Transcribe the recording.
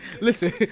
Listen